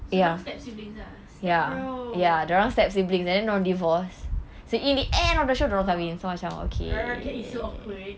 so dia orang step siblings ah step bro oh err okay it's so awkward